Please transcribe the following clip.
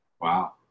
Wow